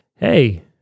hey